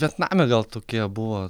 vietname gal tokie buvo